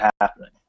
happening